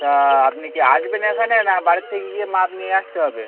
তা আপনি কি আসবেন এখানে না বাড়ির থিকে গিয়ে মাপ নিয়ে আসতে হবে